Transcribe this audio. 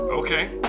Okay